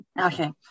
Okay